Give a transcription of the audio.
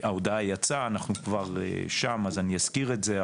ההודעה יצאה, אנחנו כבר שם, אז אני אזכיר את זה.